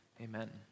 amen